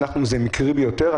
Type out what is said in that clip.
שהוא מקרי ביותר,